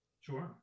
Sure